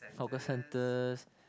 hawker centers